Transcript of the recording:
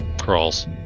crawls